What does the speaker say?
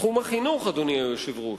תחום החינוך, אדוני היושב-ראש,